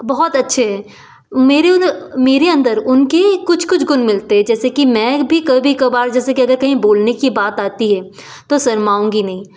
बहुत अच्छे मेरे उन मेरे अंदर उनके कुछ कुछ गुण मिलते हैं जैसे कि मैं भी कभी कभार जैसे कि अगर कहीं बोलने कि बात आती है तो शर्माऊँगी नहीं